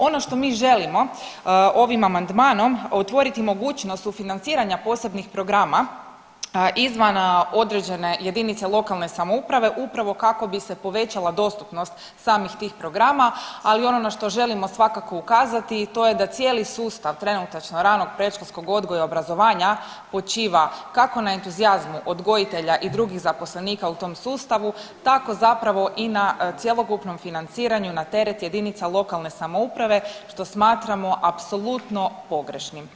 Ono što mi želimo ovim amandmanom otvoriti mogućnost sufinanciranja posebnih programa izvan određene jedinice lokalne samouprave upravo kako bi se povećala dostupnost samih tih programa, ali i ono na što želimo svakako ukazati, to je da cijeli sustav trenutačno ranog predškolskog odgoja i obrazovanja počiva kako na entuzijazmu odgojitelja i drugih zaposlenika u tom sustavu tako zapravo i na cjelokupnom financiranju na teret jedinica lokalne samouprave što smatramo apsolutno pogrešnim.